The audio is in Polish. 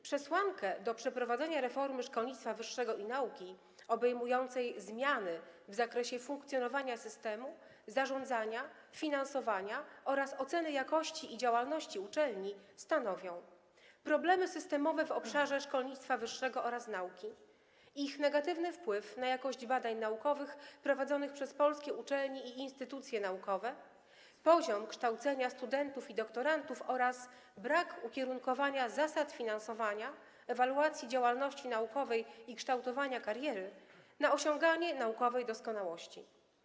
Przesłankę przeprowadzenia reformy szkolnictwa wyższego i nauki obejmującej zmiany w zakresie funkcjonowania systemu, zarządzania, finansowania oraz oceny jakości i działalności uczelni stanowią: problemy systemowe w obszarze szkolnictwa wyższego oraz nauki, ich negatywny wpływ na jakość badań naukowych prowadzonych przez polskie uczelnie i instytucje naukowe, poziom kształcenia studentów i doktorantów oraz brak ukierunkowania zasad finansowania, ewaluacji działalności naukowej i kształtowania kariery na osiąganie naukowej doskonałości.